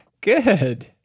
Good